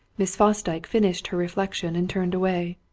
miss fosdyke finished her reflection and turned away.